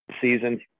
season